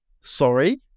Sorry